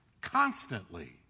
constantly